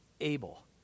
able